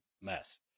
mess